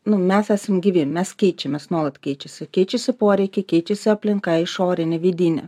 nu mes esam gyvi mes keičiamės nuolat keičiasi keičiasi poreikiai keičiasi aplinka išorinė vidinė